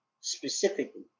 specifically